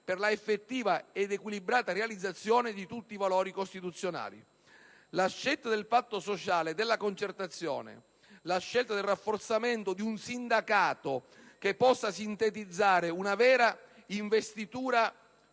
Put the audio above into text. per l'effettiva ed equilibrata realizzazione di tutti i valori costituzionali. La scelta del patto sociale e della concertazione; la scelta del rafforzamento di un sindacato che possa sintetizzare una vera investitura